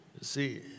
see